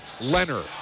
Leonard